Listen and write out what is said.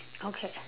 okay